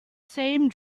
same